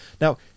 Now